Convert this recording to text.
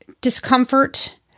discomfort